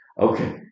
okay